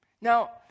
Now